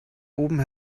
oben